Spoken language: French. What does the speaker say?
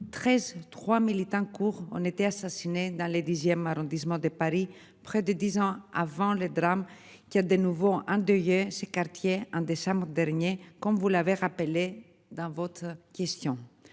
3 en cours on était assassiné dans le dixième arrondissement de Paris près de 10 ans avant le drame qui a de nouveau endeuillé ces quartiers en décembre dernier, comme vous l'avez rappelé dans votre question,